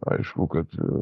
aišku kad